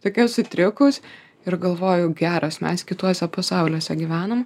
tokia sutrikus ir galvoju geras mes kituose pasauliuose gyvenam